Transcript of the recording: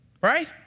Right